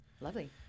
Lovely